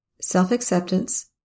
self-acceptance